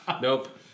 Nope